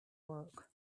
work